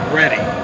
ready